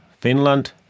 Finland